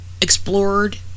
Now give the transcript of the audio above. explored